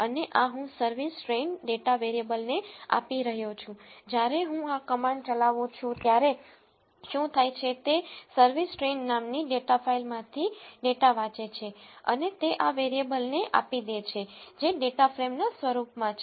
અને આ હું સર્વિસ ટ્રેઈન ડેટા વેરીએબલ ને આપી રહ્યો છું જ્યારે હું આ કમાન્ડ ચલાવુ છું ત્યારે શું થાય છે તે સર્વિસ ટ્રેઇન નામની ડેટા ફાઈલ માંથી ડેટા વાંચે છે અને તે આ વેરીએબલને આપી દે છે જે ડેટા ફ્રેમના સ્વરૂપ માં છે